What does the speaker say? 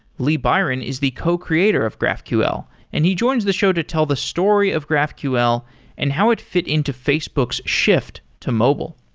lee byron is the co-creator of graphql and he joins the show to tell the story of graphql and how it fit into facebook's shift to mobile.